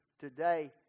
today